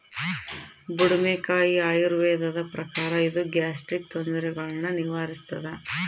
ಬುಡುಮೆಕಾಯಿ ಆಯುರ್ವೇದದ ಪ್ರಕಾರ ಇದು ಗ್ಯಾಸ್ಟ್ರಿಕ್ ತೊಂದರೆಗುಳ್ನ ನಿವಾರಿಸ್ಥಾದ